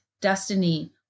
Destiny